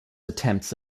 attempts